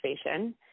station